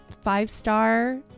five-star